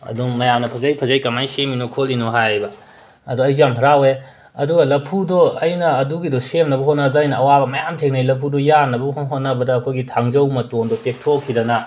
ꯑꯗꯨꯝ ꯃꯌꯥꯝꯅ ꯐꯖꯩ ꯐꯖꯩ ꯀꯃꯥꯏꯅ ꯁꯦꯝꯃꯤꯅꯣ ꯈꯣꯠꯂꯤꯅꯣ ꯍꯥꯏꯌꯦꯕ ꯑꯗꯣ ꯑꯩꯁꯨ ꯌꯥꯝ ꯍꯔꯥꯎꯋꯦ ꯑꯗꯨꯒ ꯂꯐꯨꯗꯣ ꯑꯩꯅ ꯑꯗꯨꯒꯤꯗꯣ ꯁꯦꯝꯅꯕ ꯍꯣꯠꯅꯕꯗ ꯑꯋꯥꯕ ꯃꯌꯥꯝ ꯊꯦꯡꯅꯩ ꯂꯐꯨꯗꯣ ꯌꯥꯟꯅꯕ ꯍꯣ ꯍꯣꯠꯅꯕꯗ ꯑꯩꯈꯣꯏꯒꯤ ꯊꯥꯡꯖꯧ ꯃꯇꯣꯟꯗꯣ ꯇꯦꯛꯊꯣꯛꯈꯤꯗꯅ